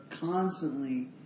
constantly